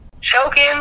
choking